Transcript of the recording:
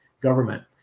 government